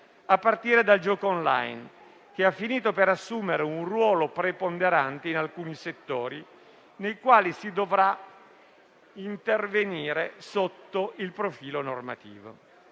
a partire dal gioco *on-line*, che ha finito per assumere un ruolo preponderante in alcuni settori, nei quali si dovrà intervenire sotto il profilo normativo,